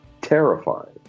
terrifying